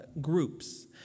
groups